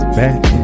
back